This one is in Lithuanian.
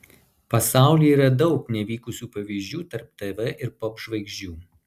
pasaulyje yra daug nevykusių pavyzdžių tarp tv ir popžvaigždžių